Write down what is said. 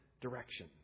direction